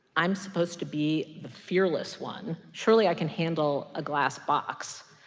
i'm supposed to be the fearless one. surely, i can handle a glass box.